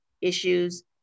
issues